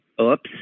oops